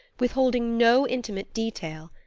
withholding no intimate detail.